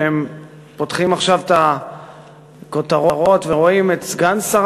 שהם פותחים עכשיו את הכותרות ורואים את סגן שר